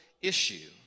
issue